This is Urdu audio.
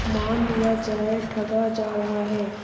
مان لیا جائے ٹھگا جا رہا ہے